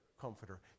comforter